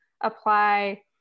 apply